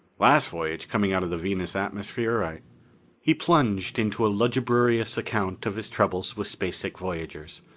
last voyage, coming out of the venus atmosphere he plunged into a lugubrious account of his troubles with space sick voyagers.